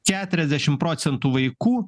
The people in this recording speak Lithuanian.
keturiasdešim procentų vaikų